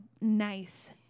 nice